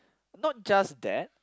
not just that